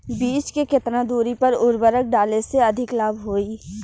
बीज के केतना दूरी पर उर्वरक डाले से अधिक लाभ होई?